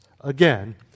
Again